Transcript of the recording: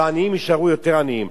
והעניים יישארו יותר עניים.